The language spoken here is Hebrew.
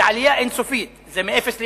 זה עלייה אין-סופית, זה מאפס לאחד.